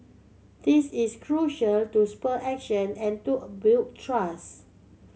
this is crucial to spur action and to a build trust